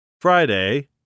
Friday